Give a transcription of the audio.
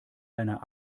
deiner